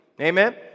Amen